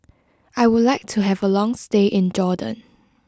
I would like to have a long stay in Jordan